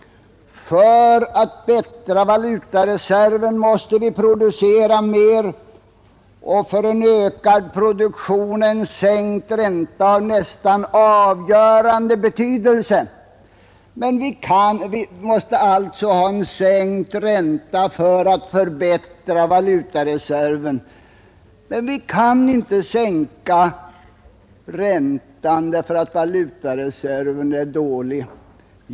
För att förbättra valutareserven måste vi producera mera. Och för en ökad produktion har sänkt ränta en nästan avgörande betydelse. Vi måste alltså sänka räntan för att förbättra valutareserven, men vi kan inte sänka räntan därför att valutareserven är dålig.